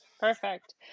Perfect